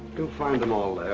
you'll find them all